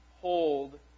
hold